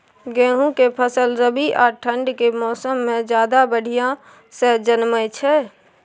गेहूं के फसल रबी आ ठंड के मौसम में ज्यादा बढ़िया से जन्में छै?